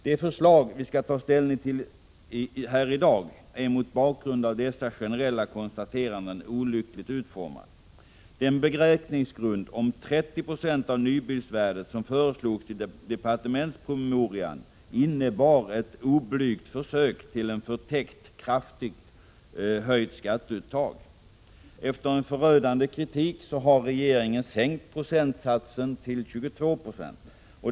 Det förslag vi i dag skall ta ställning till är mot bakgrund av dessa generella konstateranden olyckligt utformat. Den beräkningsgrund om 30 96 av bilens värde som föreslogs i departementspromemorian innebar ett oblygt försök till ett förtäckt kraftigt höjt skatteuttag. Efter en förödande kritik har regeringen sänkt beräkningsvärdet till 22 70.